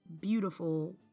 beautiful